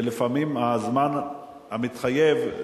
ולפעמים הזמן המתחייב,